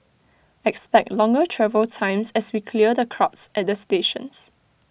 expect longer travel times as we clear the crowds at the stations